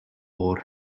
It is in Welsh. oer